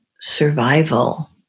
survival